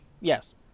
Yes